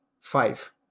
five